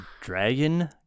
Dragon